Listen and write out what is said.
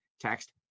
Text